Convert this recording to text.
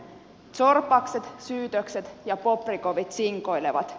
zorbakset syytökset ja bobrikovit sinkoilevat